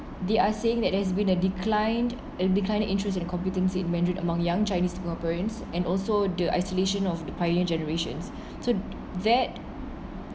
they are saying that there's been a declined and declining interest in computing in mandarin among young chinese singaporeans and also the isolation of the prior generations so that